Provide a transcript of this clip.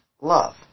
love